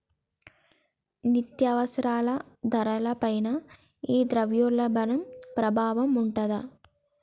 నిత్యావసరాల ధరల పైన ఈ ద్రవ్యోల్బణం ప్రభావం ఉంటాది